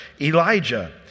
Elijah